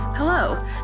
Hello